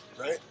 Right